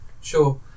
sure